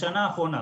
בשנה האחרונה,